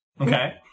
Okay